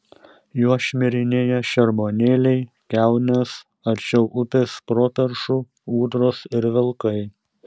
juo šmirinėja šermuonėliai kiaunės arčiau upės properšų ūdros ir vilkai